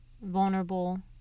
vulnerable